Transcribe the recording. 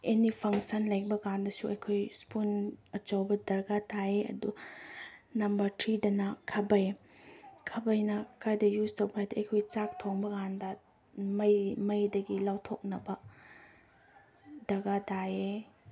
ꯑꯦꯅꯤ ꯐꯪꯁꯟ ꯂꯩꯕꯀꯥꯟꯗꯁꯨ ꯑꯩꯈꯣꯏ ꯏꯁꯄꯨꯟ ꯑꯆꯧꯕ ꯗꯔꯀꯥꯔ ꯇꯥꯏꯌꯦ ꯑꯗꯨ ꯅꯝꯕꯔ ꯊ꯭ꯔꯤꯗꯅ ꯈꯥꯕꯩ ꯈꯥꯕꯩꯅ ꯀꯥꯏꯗ ꯌꯨꯁ ꯇꯧꯕ꯭ꯔꯥ ꯍꯥꯏꯔꯗꯤ ꯑꯩꯈꯣꯏ ꯆꯥꯛ ꯊꯣꯡꯕꯀꯥꯟꯗ ꯃꯩ ꯃꯩꯗꯒꯤ ꯂꯧꯊꯣꯛꯅꯕ ꯗꯔꯀꯥꯔ ꯇꯥꯏꯌꯦ